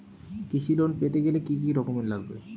কৃষি লোন পেতে গেলে কি কি ডকুমেন্ট লাগবে?